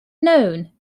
known